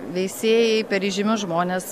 veisiejai per įžymius žmones